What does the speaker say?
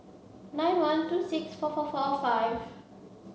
nine one two six four four four five